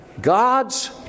God's